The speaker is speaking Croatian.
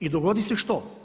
I dogodi se što?